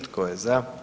Tko je za?